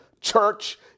Church